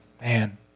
Man